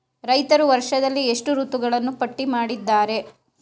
ರೈತರು ವರ್ಷದಲ್ಲಿ ಎಷ್ಟು ಋತುಗಳನ್ನು ಪಟ್ಟಿ ಮಾಡಿದ್ದಾರೆ?